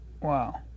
wow